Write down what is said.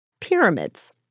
pyramids